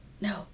no